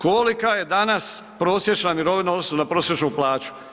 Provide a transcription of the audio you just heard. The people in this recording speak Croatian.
Kolika je danas prosječna mirovina u odnosu na prosječnu plaću?